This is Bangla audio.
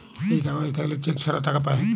এই কাগজ থাকল্যে চেক ছাড়া টাকা পায়